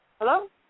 Hello